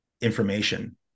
information